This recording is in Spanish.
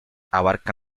abarca